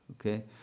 okay